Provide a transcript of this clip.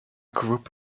group